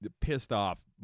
pissed-off